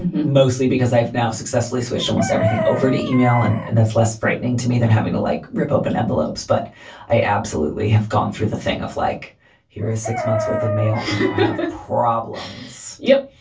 mostly because i've now successfully switched almost everything over to email. and and that's less frightening to me than having to like rip open envelopes. but i absolutely have gone through the thing of like here is six months worth of mail problem yep.